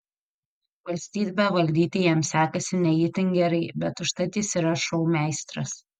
valstybę valdyti jam sekasi ne itin gerai bet užtat jis yra šou meistras